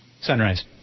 Sunrise